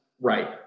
Right